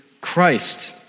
Christ